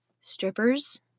Strippers